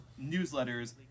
newsletters